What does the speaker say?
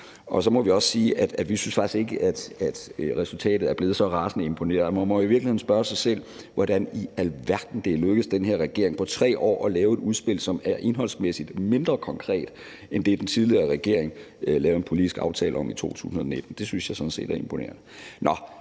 og så må vi også sige, at vi faktisk ikke synes, at resultatet er blevet så rasende imponerende. Man må i virkeligheden spørge, hvordan i alverden det er lykkedes den her regering på 3 år at lave et udspil, som er indholdsmæssigt mindre konkret end det, den tidligere regering lavede en politisk aftale om i 2019. Det synes jeg sådan set er imponerende.